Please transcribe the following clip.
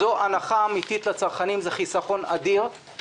זו הנחה אמיתית לצרכנים, זה חיסכון אדיר.